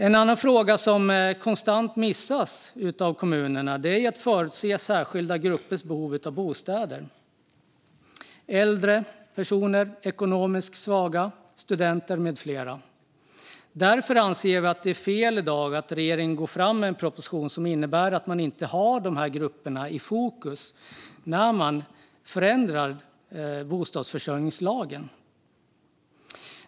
En annan fråga som konstant missas av kommunerna är att förutse särskilda gruppers behov av bostäder, till exempel äldre personer, ekonomiskt svaga, studenter med flera. Därför anser vi att det är fel att regeringen i dag går fram med en proposition som innebär att man inte har de här grupperna i fokus när man förändrar bostadsförsörjningslagen.